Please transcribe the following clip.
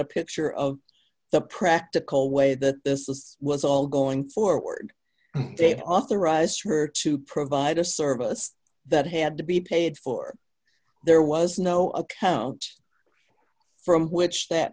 a picture of the practical way that this is was all going forward they have authorized her to provide a service that had to be paid for there was no account from which that